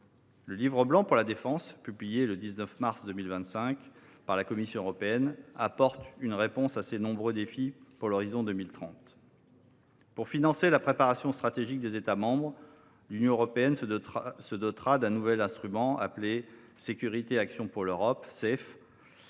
Le livre blanc pour la défense, publié le 19 mars 2025 par la Commission européenne, apporte une réponse à ces nombreux défis à l’horizon de 2030. Pour financer la préparation stratégique des États membres, l’Union européenne se dotera d’un nouvel instrument appelé Sécurité et action pour l’Europe (Safe),